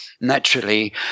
naturally